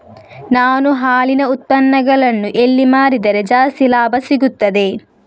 ನಾನು ಹಾಲಿನ ಉತ್ಪನ್ನಗಳನ್ನು ಎಲ್ಲಿ ಮಾರಿದರೆ ಜಾಸ್ತಿ ಲಾಭ ಸಿಗುತ್ತದೆ?